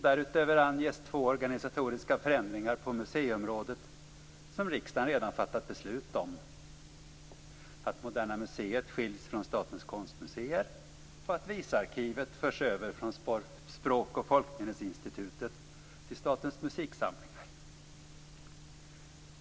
Därutöver anges två organisatoriska förändringar på museiområdet som riksdagen redan fattat beslut om, dvs. att Moderna museet skiljs från Statens konstmuseer och att Visarkivet förs över från Språk och folkminnesinstitutet till Statens musiksamlingar.